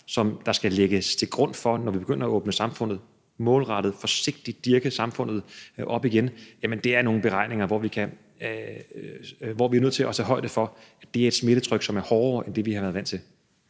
som skal lægges til grund, når vi begynder at åbne samfundet – målrettet, forsigtigt, dirke samfundet op igen – er nogle beregninger, hvor vi er nødt til at tage højde for, at det er et smittetryk, som er hårdere end det, vi har været vant til.